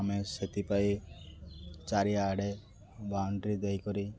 ଆମେ ସେଥିପାଇଁ ଚାରିଆଡ଼େ ବାଉଣ୍ଡରୀ ଦେଇକରି